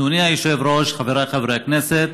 אדוני היושב-ראש, חבריי חברי הכנסת,